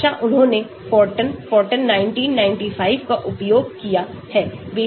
भाषा उन्होंने Fortran Fortran 1995 का उपयोग किया है